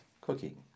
cooking